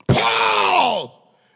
Paul